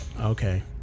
Okay